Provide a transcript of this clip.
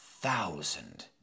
thousand